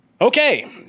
Okay